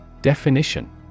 Definition